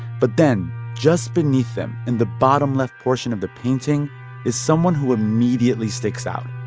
but then just beneath them in the bottom left portion of the painting is someone who immediately sticks out.